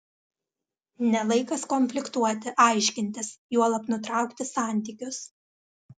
ne laikas konfliktuoti aiškintis juolab nutraukti santykius